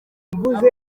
yagize